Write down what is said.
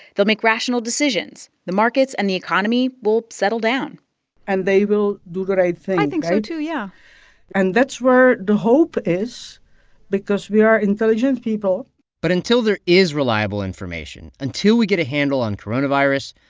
they'll make rational decisions. the markets and the economy will settle down and they will do the right thing, right? i think so, too, yeah and that's where the hope is because we are intelligent people but until there is reliable information, until we get a handle on coronavirus,